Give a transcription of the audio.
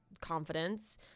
confidence